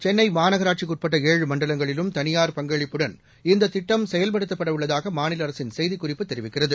சென்ளை மாநகராட்சிக்கு உட்பட்ட ஏழு மண்டலங்களிலும் தனியார் பங்களிப்புடன் இந்த திட்டம் செயல்படுத்தப்பட உள்ளதாக மாநில அரசின் செய்திக்குறிப்பு தெரிவிக்கிறது